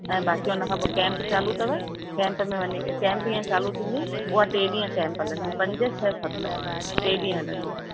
ऐं बाक़ी उन खां पोइ कैम्प चालू अथव कैम्प में वञी कैम्प हींअर चालू थींदी उहा टे ॾींहं कैम्प हलंदी पंज छह सत टे ॾींहं हलंदी